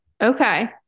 Okay